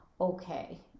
okay